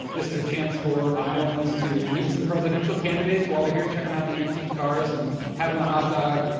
this is a chance for iowans to meet some presidential candidates while they're here checking out the antique cars and having a hot dog.